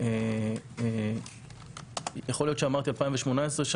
אמרתי 2018,